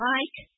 Mike